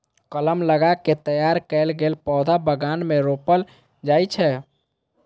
कलम लगा कें तैयार कैल पौधा बगान मे रोपल जाइ छै